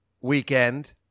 weekend